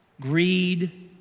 greed